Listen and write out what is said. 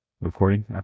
recording